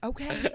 Okay